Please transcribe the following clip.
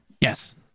Yes